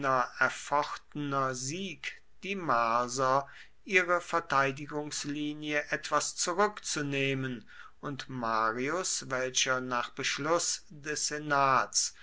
erfochtener sieg die marser ihre verteidigungslinie etwas zurückzunehmen und marius welcher nach beschluß des senats